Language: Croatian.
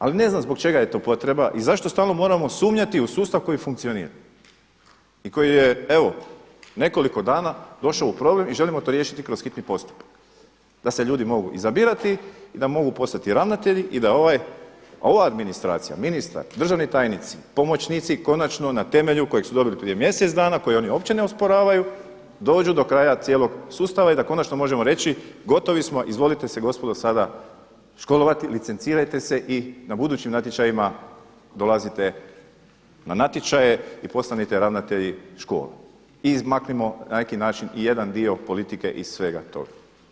Ali ne znam zbog čega je to potreba i zašto stalno moramo sumnjati u sustav koji funkcionira i koji je evo nekoliko dana došao u problem i želimo to riješiti kroz hitni postupak da se ljudi mogu izabirati i da mogu postati ravnatelji i da ova administracija, ministar, državni tajnici, pomoćnici i konačno na temelju kojeg su dobili prije mjesec koji oni uopće ne osporavaju dođu do kraja cijelog sustava i da konačno možemo reći gotovi smo, izvolite se gospodo sada školovati, licencirajte se i na budućim natječajima dolazite na natječaje i postanite ravnatelji škola, i izmaknimo na neki način i jedan dio politike iz svega toga.